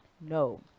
No